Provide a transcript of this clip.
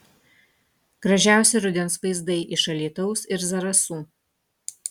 gražiausi rudens vaizdai iš alytaus ir zarasų